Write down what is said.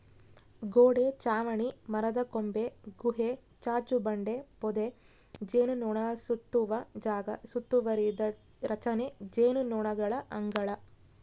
ಗೋಡೆ ಚಾವಣಿ ಮರದಕೊಂಬೆ ಗುಹೆ ಚಾಚುಬಂಡೆ ಪೊದೆ ಜೇನುನೊಣಸುತ್ತುವ ಜಾಗ ಸುತ್ತುವರಿದ ರಚನೆ ಜೇನುನೊಣಗಳ ಅಂಗಳ